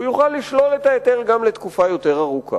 הוא יוכל לשלול את ההיתר גם לתקופה יותר ארוכה.